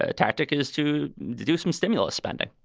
ah tactic is to do some stimulus spending.